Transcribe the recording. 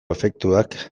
efektuak